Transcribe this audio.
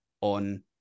on